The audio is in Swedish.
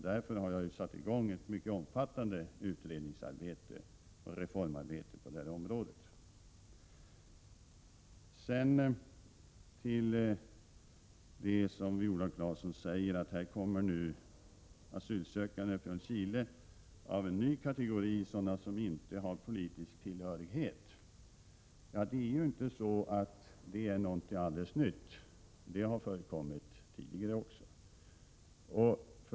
Därför har jag satt i gång ett mycket omfattande utredningsoch reformarbete på detta område. Sedan sade Viola Claesson att det numera kommer asylsökande från Chile av en ny kategori, sådana som inte har politisk tillhörighet. Ja, det är inte något alldeles nytt — det har förekommit tidigare också.